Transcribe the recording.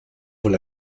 wohl